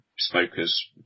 Smokers